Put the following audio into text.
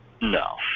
No